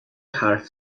حرف